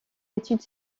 études